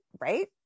Right